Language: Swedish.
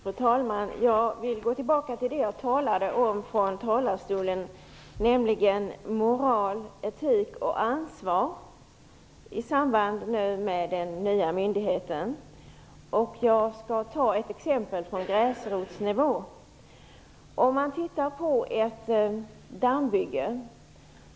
Fru talman! Jag vill gå tillbaka till det som jag tog upp i mitt anförande, nämligen moral, etik och ansvar i samband med den nya myndigheten. Jag skall ta ett exempel från gräsrotsnivå, som gäller dammbyggen.